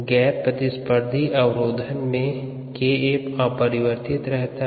गैर प्रतिस्पर्धी अवरोधन में Km अपरिवर्तित रहता है